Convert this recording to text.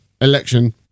election